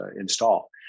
install